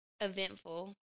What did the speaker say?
Eventful